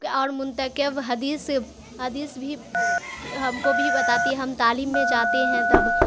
اور منتخب حدیث حدیث بھی ہم کو بھی بتاتی ہے ہم تعلیم میں جاتے ہیں تب